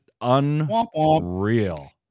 unreal